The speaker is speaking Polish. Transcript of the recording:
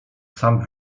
sam